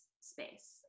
space